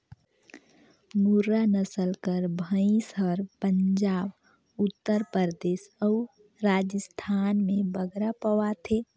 मुर्रा नसल कर भंइस हर पंजाब, उत्तर परदेस अउ राजिस्थान में बगरा पवाथे